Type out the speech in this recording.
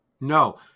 No